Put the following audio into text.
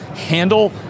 handle